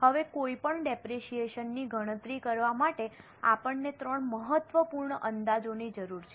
હવે કોઈપણ ડેપરેશીયેશન ની ગણતરી કરવા માટે આપણને ત્રણ મહત્વપૂર્ણ અંદાજોની જરૂર છે